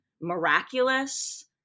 miraculous